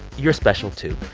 you're special, too.